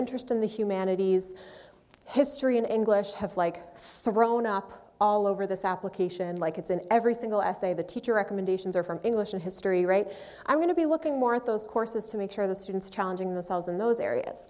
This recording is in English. interest in the humanities history and english have like thrown up all over this application and like it's in every single essay the teacher recommendations are from english and history right i'm going to be looking more at those courses to make sure the students challenging themselves in those